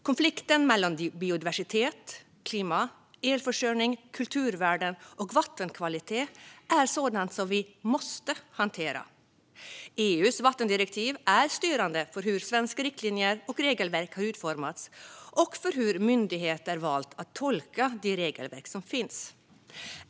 Konflikten mellan biodiversitet, klimat, elförsörjning, kulturvärden och vattenkvalitet är något som vi måste hantera. EU:s vattendirektiv är styrande för hur svenska riktlinjer och regelverk har utformats och för hur myndigheter har valt att tolka de regelverk som finns.